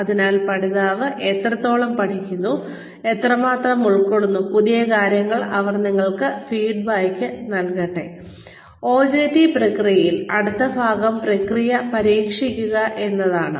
അതിനാൽ പഠിതാവ് എത്രത്തോളം പഠിക്കുന്നു പഠിതാവ് എത്രമാത്രം ഉൾക്കൊള്ളുന്നു തുടങ്ങിയ കാര്യങ്ങൾക്ക് അവർ നിങ്ങൾക്ക് ഫീഡ്ബാക്ക് നൽകട്ടെ OJT പ്രക്രിയയിൽ അടുത്ത ഭാഗം പ്രക്രിയ പരീക്ഷിക്കുക എന്നതാണ്